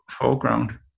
foreground